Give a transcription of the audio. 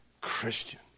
Christian